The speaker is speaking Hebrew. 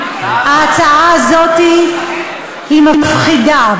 ההצעה הזאת היא מפחידה.